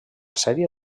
sèrie